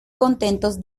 contentos